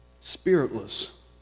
spiritless